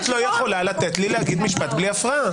ואת לא יכולה לתת לי להגיד משפט בלי הפרעה?